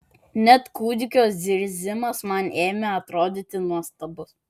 net kūdikio zirzimas man ėmė atrodyti nuostabus